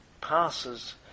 passes